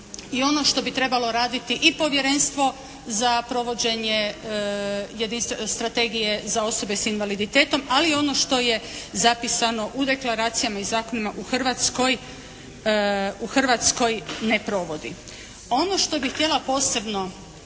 i ono što bi trebalo raditi i Povjerenstvo za provođenje strategije za osobe s invaliditetom, ali ono što je zapisano u deklaracijama iz zakona u Hrvatskoj, u Hrvatskoj ne provodi. Ono što bih htjela posbeno